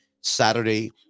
Saturday